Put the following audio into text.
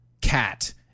cat